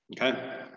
Okay